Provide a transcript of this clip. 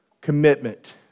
Commitment